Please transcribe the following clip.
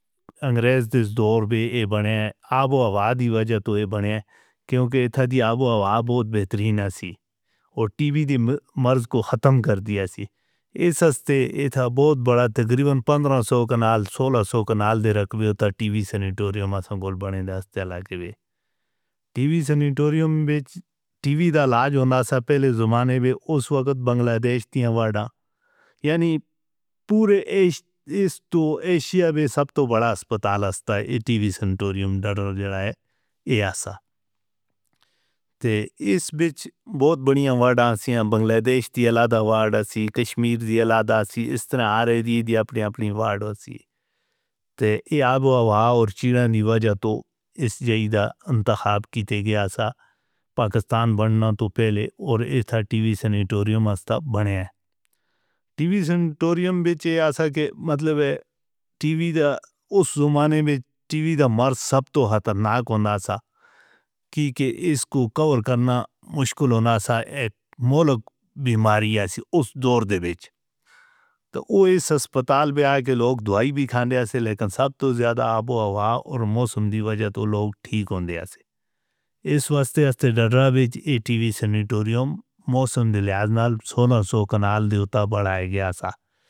انگریز دے دور بھی ایبنے اب و ہوا دی وجہ تو ایبنے کیونکہ اتھاں دی اب و ہوا بہت بہترین سی اور ٹی وی دی مرض کو ختم کر دتیا سی۔ اس ہستے اتھا بہت بڑا تقریباً پندرہ سو کنال سولہ سو کنال دے رکبے اتا ٹی وی سینٹوریم ہاں سن۔ گل بنے دے اس چالہ کے وے ٹی وی سینٹوریم وچ ٹی وی دا لاج ہندا سا۔ پہلے زمانے وچ اس وقت بنگلہ دیش دیہاں وڑھا یعنی پورے اس تو ایشیا بی سب تو بڑا اسپتال اس تا ٹی وی سینٹوریم ڈرڈا جڑا ہے۔ ایہہ اس تا تے اس وچ بہت بنیان وڑھاں سی ہیں بنگلہ دیش دیہاں لادہ وڑھا سی کشمیر دیہاں لادہ سی۔ اس طرح آرہے دی دی اپنی اپنی وڑھا سی تے ایہہ اب و ہوا اور چیران دی وجہ تو اس جے دا انتخاب کیتے گیا سا پاکستان بننا تو پہلے اور اتھا ٹی وی سینٹوریم اس تا بنے ہیں۔ ٹی وی سینٹوریم وچ ایہہ اسا کے مطلب ہے ٹی وی دا اس زمانے وچ ٹی وی دا مرس سب تو ہتھرناک ہندا سا کی کہ اس کو کور کرنا مشکل ہندا سا۔ ایک ملک بیماری ہے اس دور دے وچ تو وہ اس اسپتال بھی آئے کہ لوگ دوائی بھی کھاندے ہسے لیکن سب تو زیادہ اب و ہوا اور موسم دی وجہ تو لوگ ٹھیک ہندے ہسے۔ اس واستے اس دے ڈڑڈا وچ ٹی وی سینٹوریم موسم دی لحاظ نال سنہ سو کنال دے اتا بڑھائے گیا سا.